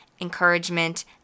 encouragement